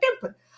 temple